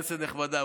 כנסת נכבדה,